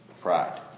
Pride